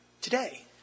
today